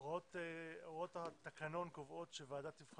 הוראות התקנון קובעות שהוועדה תקבע